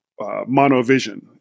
monovision